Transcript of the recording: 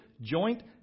Joint